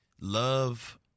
love